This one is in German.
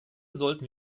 sollten